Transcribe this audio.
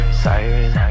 siren